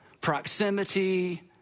proximity